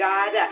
God